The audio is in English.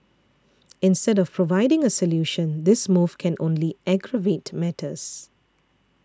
instead of providing a solution this move can only aggravate matters